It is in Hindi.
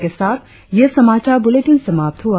इसी के साथ यह समाचार बुलेटिन समाप्त हुआ